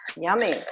Yummy